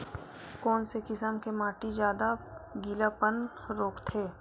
कोन से किसम के माटी ज्यादा गीलापन रोकथे?